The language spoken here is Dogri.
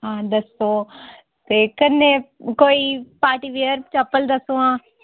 हां दस्सो ते कन्नै कोई पार्टी वेअर चप्पल दस्सो आं